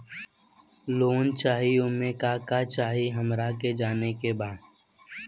Loan चाही उमे का का चाही हमरा के जाने के बा?